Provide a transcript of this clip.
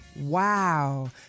Wow